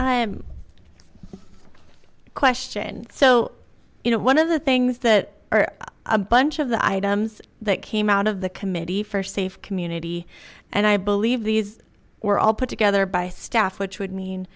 bear question so you know one of the things that are a bunch of the items that came out of the committee for safe community and i believe these were all put together by staff which would mean